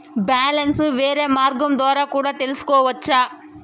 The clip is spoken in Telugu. బ్యాలెన్స్ వేరే మార్గం ద్వారా కూడా తెలుసుకొనొచ్చా?